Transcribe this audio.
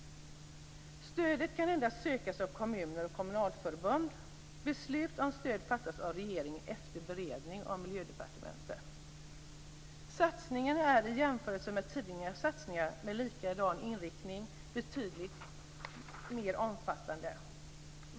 Stödet kan sökas endast av kommuner och kommunalförbund. Beslut om stöd fattas av regeringen efter beredning av Miljödepartementet. Satsningen är i jämförelse med tidigare satsningar med liknande inriktning betydligt mer omfattande.